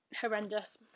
horrendous